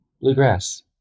Bluegrass